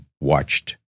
watched